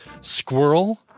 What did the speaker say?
Squirrel